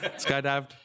Skydived